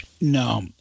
no